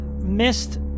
missed